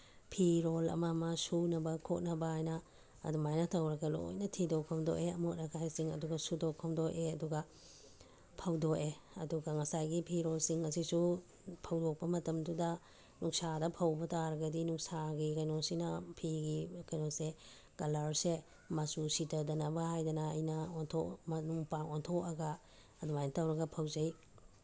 ꯐꯤꯔꯣꯜ ꯑꯃ ꯑꯃ ꯁꯨꯅꯕ ꯈꯣꯠꯅꯕ ꯍꯥꯏꯅ ꯑꯗꯨꯃꯥꯏꯅ ꯇꯧꯔꯒ ꯂꯣꯏꯅ ꯊꯤꯗꯣꯛ ꯈꯣꯝꯗꯣꯛꯑꯦ ꯑꯃꯣꯠ ꯑꯀꯥꯏꯁꯤꯡ ꯑꯗꯨꯒ ꯁꯨꯗꯣꯛ ꯈꯣꯝꯗꯣꯛꯑꯦ ꯑꯗꯨꯒ ꯐꯧꯗꯣꯛꯑꯦ ꯑꯗꯨꯒ ꯉꯁꯥꯏꯒꯤ ꯐꯤꯔꯣꯜꯁꯤꯡ ꯑꯁꯤꯁꯨ ꯐꯪꯗꯣꯛꯄ ꯃꯇꯝꯗꯨꯗ ꯅꯨꯡꯁꯥꯗ ꯐꯧꯕ ꯇꯥꯔꯒꯗꯤ ꯅꯨꯡꯁꯥꯒꯤ ꯀꯩꯅꯣꯁꯤꯅ ꯐꯤꯒꯤ ꯀꯩꯅꯣꯁꯦ ꯀꯂꯔꯁꯦ ꯃꯆꯨ ꯁꯤꯊꯗꯅꯕ ꯍꯥꯏꯗꯅ ꯑꯩꯅ ꯃꯅꯨꯡ ꯃꯄꯥꯟ ꯑꯣꯟꯊꯣꯛꯑꯒ ꯑꯗꯨꯃꯥꯏꯅ ꯇꯧꯔꯒ ꯐꯧꯖꯩ